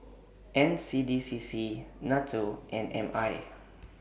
N C D C C NATO and M I